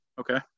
okay